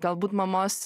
galbūt mamos